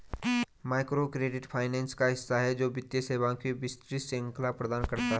microcredit finance का हिस्सा है, जो वित्तीय सेवाओं की विस्तृत श्रृंखला प्रदान करता है